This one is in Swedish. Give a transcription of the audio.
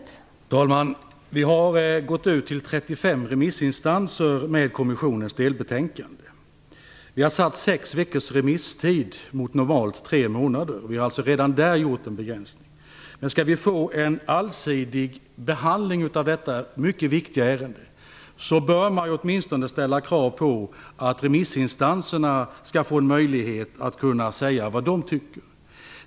Fru talman! Vi har gått ut till 35 remissinstanser med kommissionens delbetänkande. Vi har satt sex veckors remisstid mot normalt tre månader. Vi har alltså redan där gjort en begränsning. Men skall vi få en allsidig behandling av detta mycket viktiga ärende bör vi åtminstone ställa krav på att remissinstanserna skall få en möjlighet att kunna säga vad de tycker.